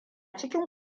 cikin